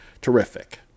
Terrific